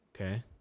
Okay